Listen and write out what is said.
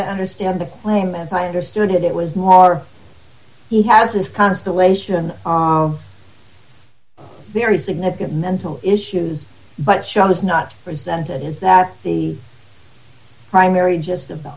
to understand the claim as i understood it it was more he has this constellation of very significant mental issues but she has not presented is that the primary gist of the